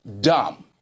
dumb